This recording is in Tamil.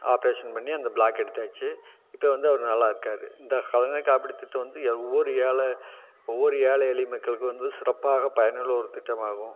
ஆப்ரேஷன் பண்ணி அந்த ப்ளாக்கை எடுத்தாச்சு இப்போ வந்து அவர் நல்லா இருக்கார் இந்த கலைஞர் காப்பீட்டுத்திட்டம் வந்து ஓவ்வொரு ஏழை ஒவ்வொரு ஏழை எளிய மக்களுக்கு வந்து சிறப்பாக பயனுள்ள ஒரு திட்டமாகும்